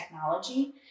technology